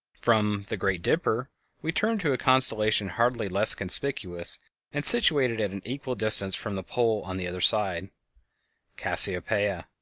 from the great dipper' we turn to a constellation hardly less conspicuous and situated at an equal distance from the pole on the other side cassiopeia.